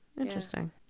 Interesting